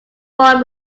born